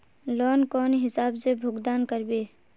Loan कौन हिसाब से भुगतान करबे?